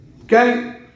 okay